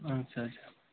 ଆଚ୍ଛା ଆଚ୍ଛା